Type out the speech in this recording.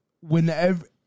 whenever